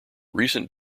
recent